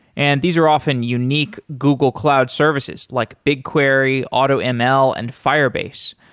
and these are often unique google cloud services, like bigquery, automl and firebase.